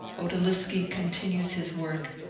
outaliski continues his work,